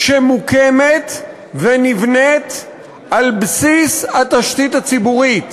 שמוקמת ונבנית על בסיס התשתית הציבורית,